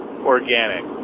organic